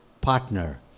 partner